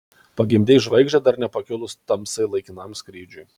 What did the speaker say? pagimdei žvaigždę dar nepakilus tamsai laikinam skrydžiui